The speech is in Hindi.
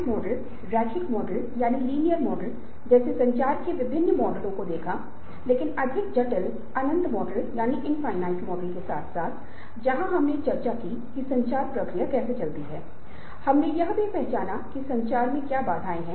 इस प्रकार इसकी आवश्यकता तब होती है जब ये व्यक्ति के अनुसार संतुष्ट नहीं होते हैं कुछ तनाव उत्पन्न हुए हैं और इन तनावों से कुछ आंतरिक या बाहरी व्यवहार होते हैं और व्यक्ति के बाहरी और आंतरिक व्यवहार से व्यक्ति लक्ष्य तक पहुँचता है और वहाँ की आवश्यकता को पूरा करता है